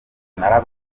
neza